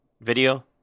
video